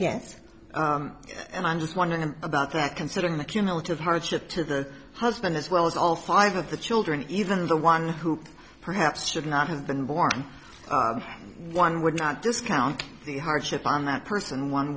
yes and i'm just wondering about that considering the cumulative hardship to the husband as well as all five of the children even the one who perhaps should not have been born one would not discount the hardship on that person one